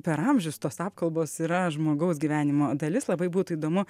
per amžius tos apkalbos yra žmogaus gyvenimo dalis labai būtų įdomu